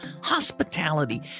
hospitality